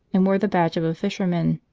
and wore the badge of a fisherman.